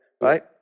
right